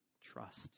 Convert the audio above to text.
trust